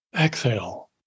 exhale